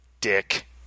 Dick